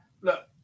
Look